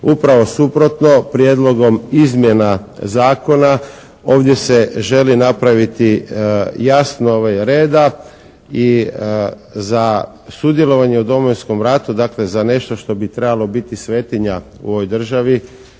Upravo suprotno Prijedlogom izmjena Zakona ovdje se želi napraviti jasno reda i za sudjelovanje u Domovinskom ratu, dakle za nešto što bi trebalo biti svetinja u ovoj državi